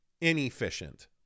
inefficient